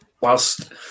whilst